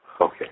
Okay